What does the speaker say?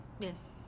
Yes